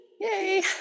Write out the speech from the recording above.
yay